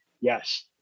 Yes